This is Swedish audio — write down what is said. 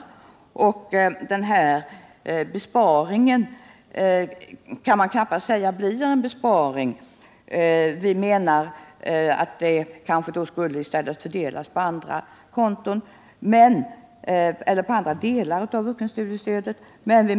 En sådan besparing kan man knappast kalla besparing. Vi menar att det i stället skulle fördelas på andra konton, på andra delar av vuxenstudiestödet.